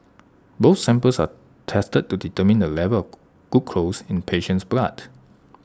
both samples are tested to determine the level glucose in the patient's blood